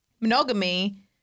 monogamy